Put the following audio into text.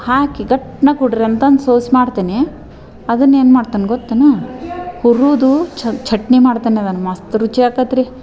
ಹಾಕಿ ಗಟ್ನಗಿ ಕುಡ್ದ್ರ್ ಅಂತಂದು ಸೋಸಿ ಮಾಡ್ತೀನಿ ಅದನ್ನು ಏನು ಮಾಡ್ತೇನೆ ಗೊತ್ತೇನು ಹುರಿದು ಚಟ್ನಿ ಮಾಡ್ತೇನೆ ನಾನು ಮಸ್ತು ರುಚಿ ಆಕ್ತತ್ರಿ